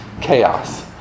chaos